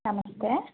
ನಮಸ್ತೆ